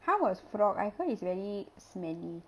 how was frog I heard it's very smelly